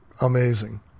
amazing